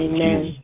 Amen